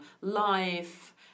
life